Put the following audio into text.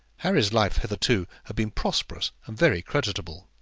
harry's life hitherto had been prosperous and very creditable.